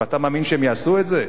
אתה מאמין שהם יעשו את זה?